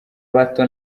bato